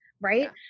right